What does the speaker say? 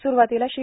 सुरूवातीला श्री